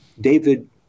David